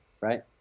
right